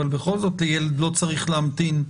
אבל בכל זאת הילד לא צריך להמתין.